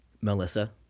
Melissa